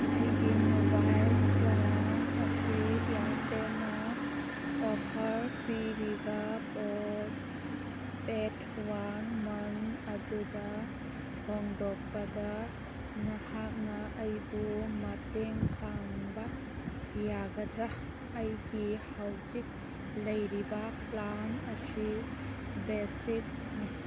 ꯑꯩꯒꯤ mobile plan ꯑꯁꯤ ꯏꯌꯥꯔꯇꯦꯜꯅ ꯑꯣꯐꯔ ꯄꯤꯔꯤꯕ ꯄꯣꯁꯄꯦꯠ ꯋꯥꯟ ꯃꯟ ꯑꯗꯨꯗ ꯍꯣꯡꯗꯣꯛꯄꯗ ꯅꯍꯥꯛꯅ ꯑꯩꯕꯨ ꯃꯇꯦꯡ ꯄꯥꯡꯕ ꯌꯥꯒꯗ꯭ꯔꯥ ꯑꯩꯒꯤ ꯍꯧꯖꯤꯛ ꯂꯩꯔꯤꯕ ꯄ꯭ꯂꯥꯟ ꯑꯁꯤ ꯕꯦꯁꯤꯛꯅꯤ